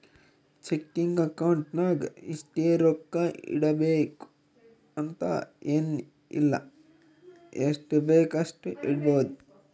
checking account ನಾಗ್ ಇಷ್ಟೇ ರೊಕ್ಕಾ ಇಡಬೇಕು ಅಂತ ಎನ್ ಇಲ್ಲ ಎಷ್ಟಬೇಕ್ ಅಷ್ಟು ಇಡ್ಬೋದ್